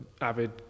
avid